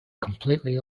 completely